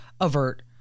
avert